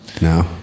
No